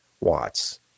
watts